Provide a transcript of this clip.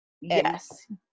yes